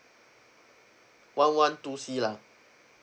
one one two C lah